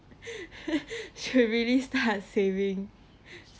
should really start saving